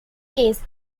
case